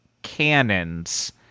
Cannons